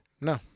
No